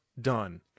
done